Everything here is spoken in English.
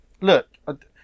Look